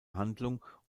handlung